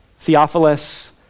Theophilus